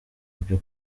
byo